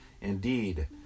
Indeed